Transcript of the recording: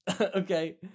Okay